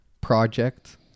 project